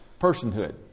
Personhood